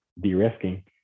de-risking